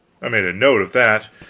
i made a note of that.